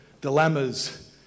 dilemmas